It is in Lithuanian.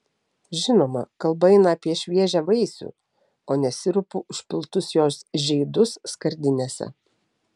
žinoma kalba eina apie šviežią vaisių o ne sirupu užpiltus jos žeidus skardinėse